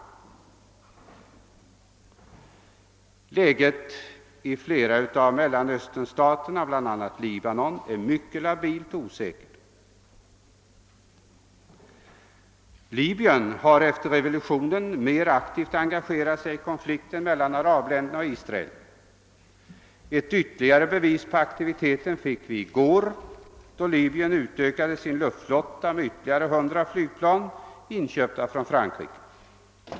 Situationen i flera av Mellersta Österns stater, bl.a. i Libanon, är mycket labil och osäker. Libyen har efter revolutionen mer aktivt engagerat sig i konflikten mellan arabländerna och Israel. Ett ytterligare bevis på den aktiviteten fick vi i går då Libyen utökade sin luftflotta med 100 flygplan inköpta från Frankrike.